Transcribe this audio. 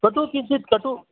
कटुः किञ्चित् कटुः